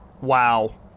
Wow